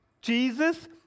Jesus